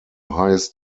highest